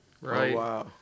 right